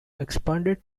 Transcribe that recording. expanded